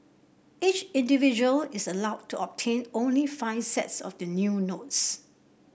each individual is allowed to obtain only five sets of the new notes